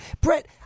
Brett